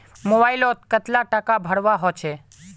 Mobile लोत कतला टाका भरवा होचे?